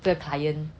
这个 client